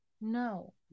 No